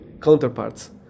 counterparts